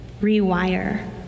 rewire